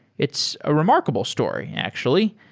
it's a remarkable story, actually.